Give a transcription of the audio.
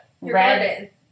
red